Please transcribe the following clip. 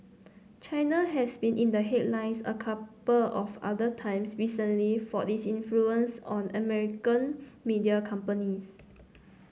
China has been in the headlines a couple of other times recently for its influence on American media companies